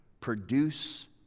produce